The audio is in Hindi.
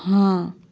हाँ